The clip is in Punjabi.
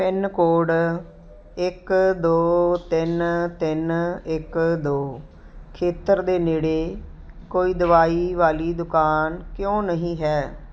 ਪਿੰਨ ਕੋਡ ਇੱਕ ਦੋ ਤਿੰਨ ਤਿੰਨ ਇੱਕ ਦੋ ਖੇਤਰ ਦੇ ਨੇੜੇ ਕੋਈ ਦਵਾਈ ਵਾਲੀ ਦੁਕਾਨ ਕਿਉਂ ਨਹੀਂ ਹੈ